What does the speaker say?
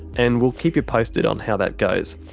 and we'll keep you posted on how that goes.